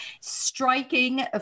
striking